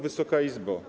Wysoka Izbo!